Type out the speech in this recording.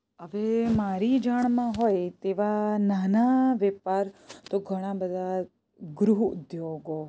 હવે મારી જાણમાં હોય તેવા નાના વેપાર તો ઘણા બધા ગૃહ ઉદ્યોગો